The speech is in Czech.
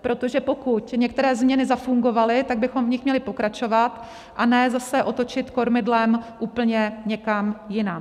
Protože pokud některé změny zafungovaly, tak bychom v nich měli pokračovat a ne zase otočit kormidlem úplně někam jinam.